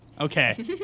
okay